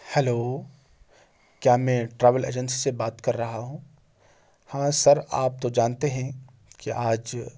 hello کیا میں travel agency سے بات کر رہا ہوں ہاں سر آپ تو جانتے ہیں کہ آج